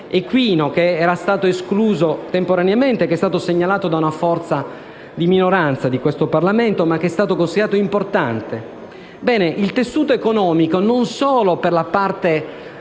equino che era stato escluso temporaneamente. Tale emendamento, presentato da una forza di minoranza di questo Parlamento, è stato considerato importante. Il tessuto economico, non solo per la parte